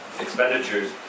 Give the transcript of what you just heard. expenditures